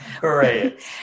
Great